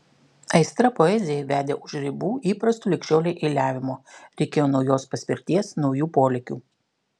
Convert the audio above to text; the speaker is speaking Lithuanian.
aistra poezijai vedė už ribų įprasto lig šiolei eiliavimo reikėjo naujos paspirties naujų polėkių